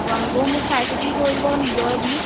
আপোনালোকেও মোক চাই চিটি কৰিব নিজৰে বুলি